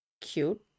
cute